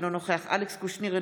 אינו נוכח אלכס קושניר,